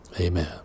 Amen